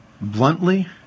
Bluntly